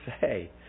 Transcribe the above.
say